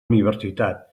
universitat